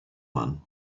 one